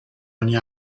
ogni